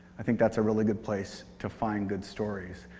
i think that's a really good place to find good stories.